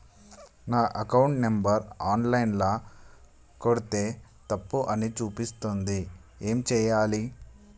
నా account number online ల కొడ్తే తప్పు అని చూపిస్తాంది ఏం చేయాలి?